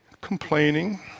complaining